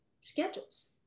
schedules